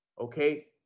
Okay